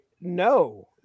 No